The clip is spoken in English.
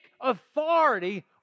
authority